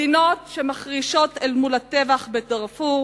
מדינות שמחרישות אל מול הטבח בדארפור,